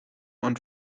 und